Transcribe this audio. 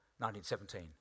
1917